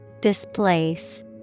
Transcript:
Displace